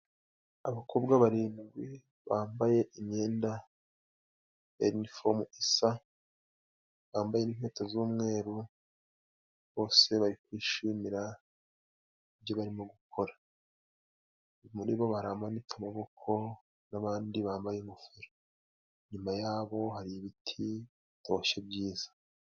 Abakobwa barindwi bambaye imyenda ya inifomu isa bambaye n'inkweto z'umweru, bose bari bakwishimira ibyo barimo gukora. Muri bo hari abamanitse amaboko n'abandi bambaye ingofero, inyuma yabo hari ibiti bitoshye byiza.